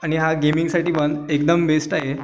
आणि हा गेमिंगसाठी पण एकदम बेस्ट आहे